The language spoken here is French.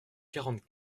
quarante